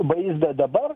vaizdą dabar